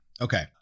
Okay